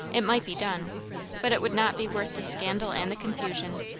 it might be done but it would not be worth the scandal and the confusion.